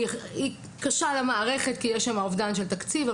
היא קשה למערכת כי יש אובדן של תקציב,